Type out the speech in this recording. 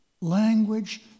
language